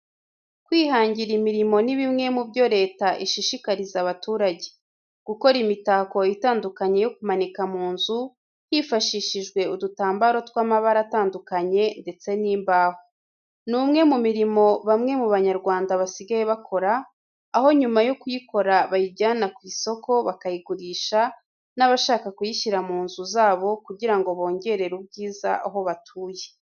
Kwihangira imirimo ni bimwe mu byo leta ishishikariza abaturage. Gukora imitako itandukanye yo kumanika mu nzu hifashishijwe udutambaro tw'amabara atandukanye ndetse n'imbaho. Ni umwe mu mirimo bamwe mu Banyarwanda basigaye bakora, aho nyuma yo kuyikora bayijyana ku isoko bakayigurisha n'abashaka kuyishyira mu nzu zabo kugira ngo bongerere ubwiza aho batuye.